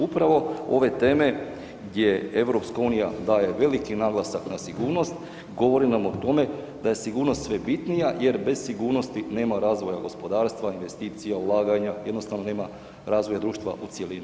Upravo ove teme gdje EU daje veliki naglasak na sigurnost govori nam o tome da je sigurnost sve bitnija jer bez sigurnosti nema razvoja gospodarstva, investicija, ulaganja jednostavno nema razvoja društva u cjelini.